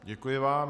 Děkuji vám.